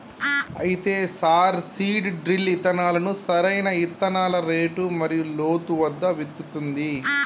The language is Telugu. అయితే సార్ సీడ్ డ్రిల్ ఇత్తనాలను సరైన ఇత్తనాల రేటు మరియు లోతు వద్ద విత్తుతుంది